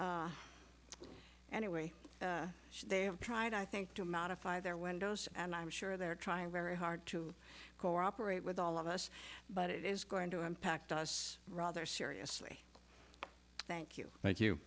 anyway they have tried i think to modify their windows and i'm sure they're trying very hard to cooperate with all of us but it is going to impact us rather seriously thank you thank you